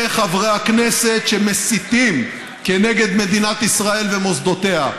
חברי הכנסת שמסיתים נגד מדינת ישראל ומוסדותיה.